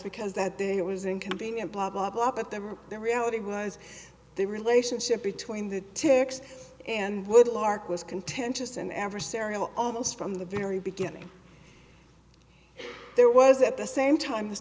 because that it was inconvenient blah blah blah but them or their reality was the relationship between the tics and would lark was contentious and adversarial almost from the very beginning there was at the same time